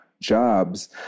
jobs